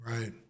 Right